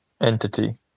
entity